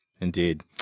Indeed